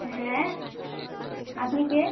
হ্যাঁ আপনি কে